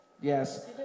Yes